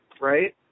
right